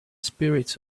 spirits